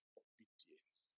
obedience